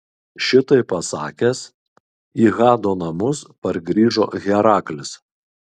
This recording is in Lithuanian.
šitai pasakęs į hado namus pargrįžo heraklis